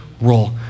roll